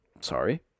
Sorry